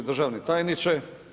Državni tajniče.